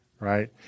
Right